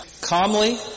Calmly